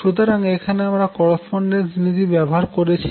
সুতরাং এখানে আমরা করস্পোন্ডেস নীতি ব্যবহার করেছি